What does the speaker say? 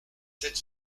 sept